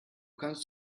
kannst